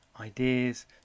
ideas